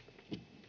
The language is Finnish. Arvoisa